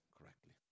correctly